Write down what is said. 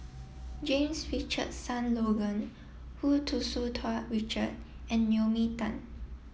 James Richardson Logan Hu Tsu Tau Richard and Naomi Tan